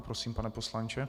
Prosím, pane poslanče.